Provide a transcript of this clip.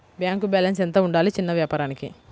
Bank balance ఎంత ఉండాలి చిన్న వ్యాపారానికి?